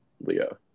Leo